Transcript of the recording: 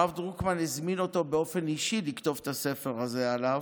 הרב דרוקמן הזמין אותו באופן אישי לכתוב את הספר הזה עליו,